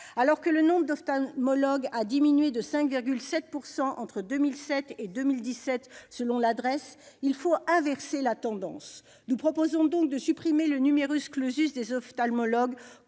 Alors que le nombre d'ophtalmologues a diminué de 5,7 % entre 2007 et 2017 selon la DREES, il faut inverser la tendance. Nous proposons donc de supprimer le des ophtalmologues